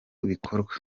bikorwa